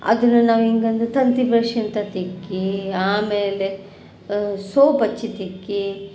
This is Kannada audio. ಅದನ್ನು ನಾವು ಹೀಗಂದು ತಂತಿ ಬ್ರಷ್ ಇಂಥ ತಿಕ್ಕಿ ಆಮೇಲೆ ಸೋಪ್ ಹಚ್ಚಿ ತಿಕ್ಕಿ